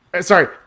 Sorry